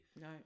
No